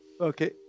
Okay